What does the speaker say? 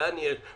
לאן יש,